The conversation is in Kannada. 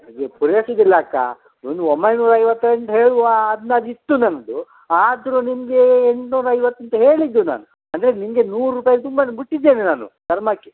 ಅದು ಪೂರೈಸುವುದಿಲ್ಲಕ್ಕ ಒಂದು ಒಂಬೈನೂರ ಐವತ್ತು ಅಂತ ಹೇಳುವ ಅಂದಾಜಿತ್ತು ನನ್ನದು ಆದರೂ ನಿಮ್ಗೆ ಎಂಟ್ನೂರ ಐವತ್ತು ಅಂತ ಹೇಳಿದ್ದು ನಾನು ಅಂದರೆ ನಿಮಗೆ ನೂರು ರೂಪಾಯಿ ಸುಮ್ಮನೆ ಬಿಟ್ಟಿದ್ದೇನೆ ನಾನು ಧರ್ಮಕ್ಕೆ